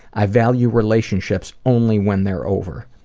i value relationships only when they're over.